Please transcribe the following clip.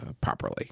properly